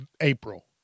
April